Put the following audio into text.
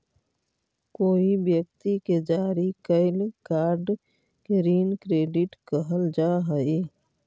कोई व्यक्ति के जारी कैल कार्ड के ऋण क्रेडिट कहल जा हई